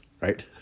right